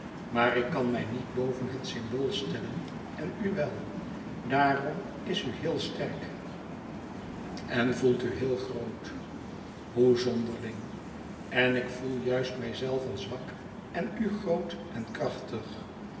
maar ik kan me niet boven het symbool stellen en u wel daarom is u heel sterk en voelt u heel groot hoe zonderling en ik voel juist mijzelven zwak en u groot en krachtig